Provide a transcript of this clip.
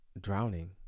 drowning